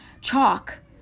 chalk